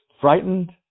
frightened